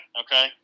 okay